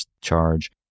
charge